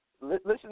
listen